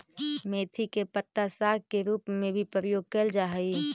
मेथी के पत्ता साग के रूप में भी प्रयोग कैल जा हइ